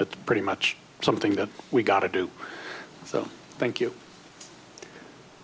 it's pretty much something that we got to do so thank you